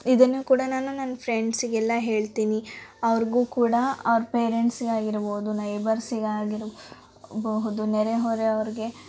ಇದನ್ನು ಕೂಡ ನಾನು ನನ್ನ ಫ್ರೆಂಡ್ಸ್ಗೆಲ್ಲ ಹೇಳ್ತೀನಿ ಅವ್ರಿಗೂ ಕೂಡ ಅವ್ರ ಪೇರೆಂಟ್ಸ್ಗಾಗಿರ್ಬೋದು ನೈಬರ್ಸಿಗಾಗಿರಬಹುದು ನೆರೆಹೊರೆಯವರಿಗೆ